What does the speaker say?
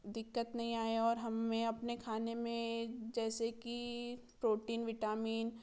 दिक्कत नहीं आए और हमें अपने खाने में जैसे कि प्रोटीन विटामिन